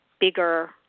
bigger